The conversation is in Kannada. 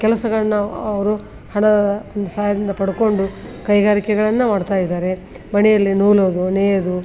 ಕೆಲಸಗಳನ್ನು ಅವರು ಹಣ ಸಹಾಯದಿಂದ ಪಡಕೊಂಡು ಕೈಗಾರಿಕೆಗಳನ್ನು ಮಾಡ್ತಾಯಿದ್ದಾರೆ ಮನೆಯಲ್ಲಿ ನೂಲೋದು ನೇಯೋದು